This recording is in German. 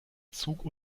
zug